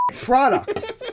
product